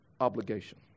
obligation